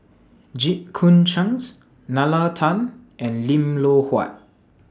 Jit Koon Ch'ng Nalla Tan and Lim Loh Huat